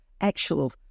actual